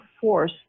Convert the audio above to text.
force